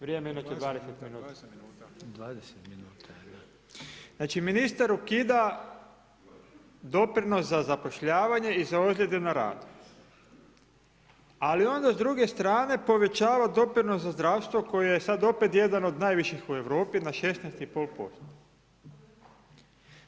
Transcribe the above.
Vrijeme je inače 20 minuta [[Upadica Reiner: 20 minuta, da.]] Znači ministar ukida doprinos za zapošljavanje i za ozljede na radu ali onda s druge strane povećava doprinos za zdravstvo koje je sada opet jedan od najviših u Europi na 16,5%